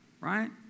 Right